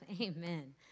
Amen